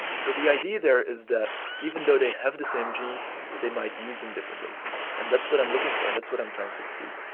so the idea there is that even though they have the same genes they might use them differently and that's what i'm looking for and that's what i'm trying to see.